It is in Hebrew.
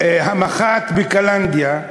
המח"ט בקלנדיה,